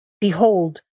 Behold